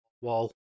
wall